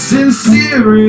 Sincere